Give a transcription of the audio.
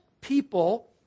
people